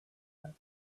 that